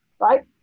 right